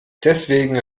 deswegen